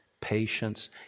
patience